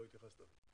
לא התייחסת.